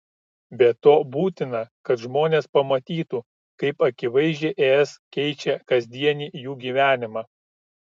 be to būtina kad žmonės pamatytų kaip akivaizdžiai es keičia kasdienį jų gyvenimą